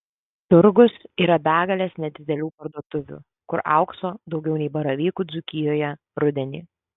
turgus yra begalės nedidelių parduotuvių kur aukso daugiau nei baravykų dzūkijoje rudenį